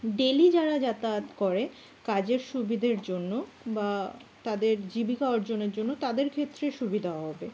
daily যারা যাতায়াত করে কাজের সুবিধের জন্য বা তাদের জীবিকা অর্জনের জন্য তাদের ক্ষেত্রে সুবিধাও হবে